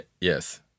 Yes